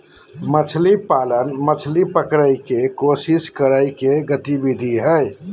मछली पालन, मछली पकड़य के कोशिश करय के गतिविधि हइ